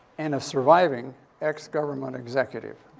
and a surviving ex-government executive.